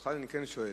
אותך אני כן שואל.